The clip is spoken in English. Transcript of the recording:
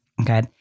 Okay